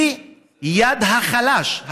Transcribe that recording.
היא יד החלש,